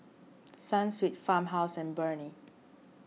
Sunsweet Farmhouse and Burnie